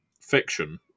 fiction